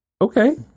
Okay